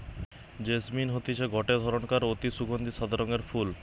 jasmine হতিছে গটে ধরণকার অতি সুগন্ধি সাদা রঙের ফুল